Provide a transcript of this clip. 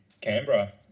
Canberra